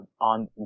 on